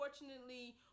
unfortunately